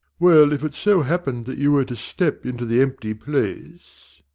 well, if it so happened that you were to step into the empty place